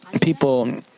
people